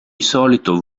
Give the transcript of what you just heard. solito